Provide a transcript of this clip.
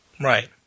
Right